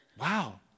Wow